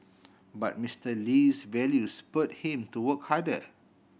but Mister Lee's values spurred him to work harder